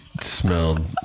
smelled